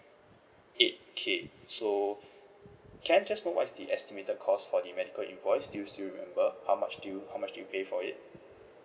eight K so can I just know what is the estimated cost for the medical invoice do you still remember how much did you how much did you pay for it